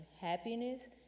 happiness